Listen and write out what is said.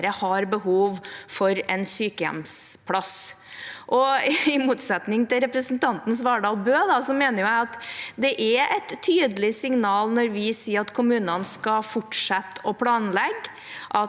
har behov for en sykehjemsplass. I motsetning til representanten Svardal Bøe mener jeg at det er et tydelig signal når vi sier at kommunene skal fortsette å planlegge,